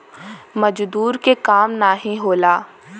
मजदूर के काम नाही होला